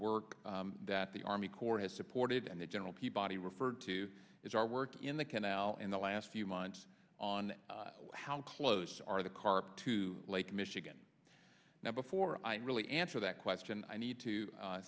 work that the army corps has supported and the general peabody referred to as our work in the canal in the last few months on how close are the carp to lake michigan now before i really answer that question i need to